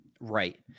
Right